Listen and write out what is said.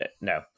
no